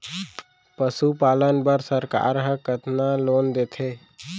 पशुपालन बर सरकार ह कतना लोन देथे?